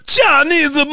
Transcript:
Chinese